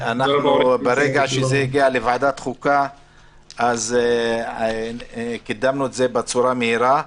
וברגע שזה הגיע לוועדת החוקה קידמנו את זה בצורה מהירה.